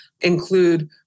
include